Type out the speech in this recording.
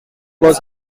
was